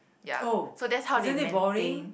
ya so that's how they maintain